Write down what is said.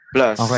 Plus